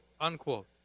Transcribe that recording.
unquote